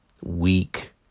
Weak